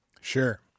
Sure